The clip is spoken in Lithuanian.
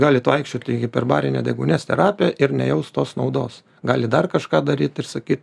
galit vaikščiot į hiperbarinę deguonies terapiją ir nejaust tos naudos galit dar kažką daryt ir sakyt